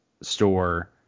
store